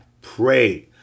pray